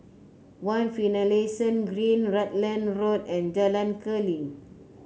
One Finlayson Green Rutland Road and Jalan Keli